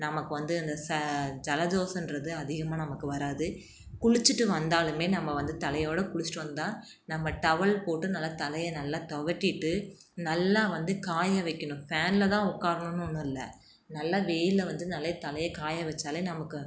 நமக்கு வந்து அந்த ச ஜலதோஷன்றது அதிகமாக நமக்கு வராது குளித்துட்டு வந்தாலுமே நம்ம வந்து தலையோடு குளித்துட்டு வந்தால் நம்ம டவல் போட்டு நல்லா தலையை நல்லா துவட்டிட்டு நல்லா வந்து காய வைக்கணும் ஃபேனில் தான் உக்காரணுன்னு ஒன்றும் இல்லை நல்லா வெயிலில் வந்து நல்லா தலையை காய வச்சாலே நமக்கு